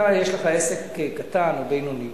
אתה יש לך עסק קטן או בינוני,